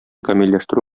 камилләштерү